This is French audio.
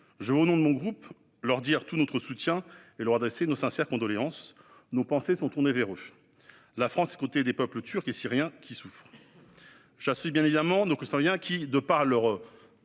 Je veux, au nom de mon groupe, leur dire tout notre soutien et leur adresser nos sincères condoléances. Nos pensées sont tournées vers eux. La France est aux côtés des peuples turc et syrien, qui souffrent. J'associe bien évidemment nos concitoyens qui, de par leur